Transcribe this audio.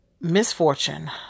misfortune